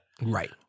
Right